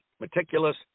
meticulous